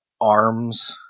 arms